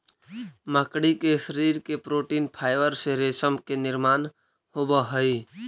मकड़ी के शरीर के प्रोटीन फाइवर से रेशम के निर्माण होवऽ हई